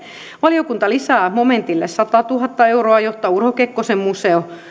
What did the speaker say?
valiokunta lisää momentille satatuhatta euroa jotta urho kekkosen museon